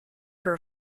her